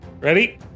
Ready